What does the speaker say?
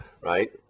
right